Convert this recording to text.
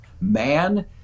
man